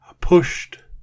pushed